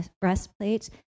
breastplate